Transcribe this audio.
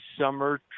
summer